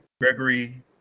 Gregory